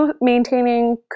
maintaining